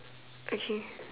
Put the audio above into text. okay